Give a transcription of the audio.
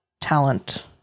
talent